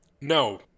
No